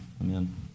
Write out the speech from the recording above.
Amen